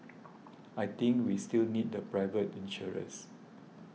I think we still need the private insurers